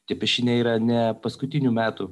tie piešiniai yra ne paskutinių metų